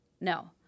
No